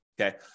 okay